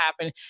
happen